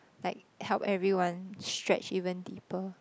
like help everyone stretch even deeper